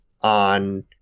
on